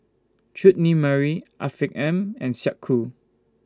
Chutney Mary Afiq M and Snek Ku